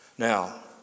Now